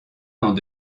dans